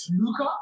Luca